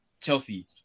Chelsea